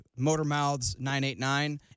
Motormouths989